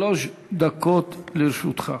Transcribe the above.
שלוש דקות לרשותך.